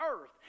earth